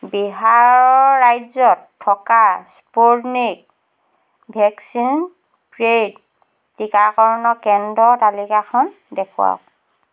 বিহাৰৰ ৰাজ্যত থকা স্পুৰনিক ভেকচিন প্ৰে'ইড টিকাকৰণৰ কেন্দৰ তালিকাখন দেখুৱাওক